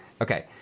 Okay